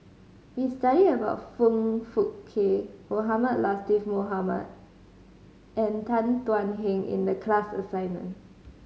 we studied about Foong Fook Kay Mohamed Latiff Mohamed and Tan Thuan Heng in the class assignment